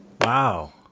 Wow